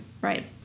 right